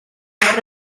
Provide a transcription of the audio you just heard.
gadair